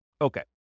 Okay